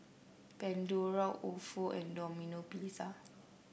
Pandora Ofo and Domino Pizza